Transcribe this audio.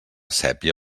sépia